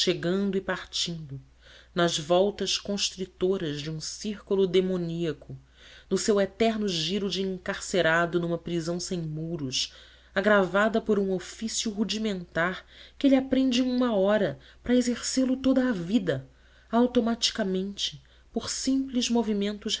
e partindo nas voltas constritoras de um círculo demoníaco no seu eterno giro de encarcerado numa prisão sem muros agravada por um ofício rudimentar que ele aprende em uma hora para exercê lo toda a vida automaticamente por simples movimentos